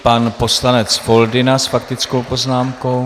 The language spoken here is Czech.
Pan poslanec Foldyna s faktickou poznámkou.